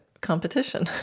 competition